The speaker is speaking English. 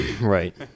right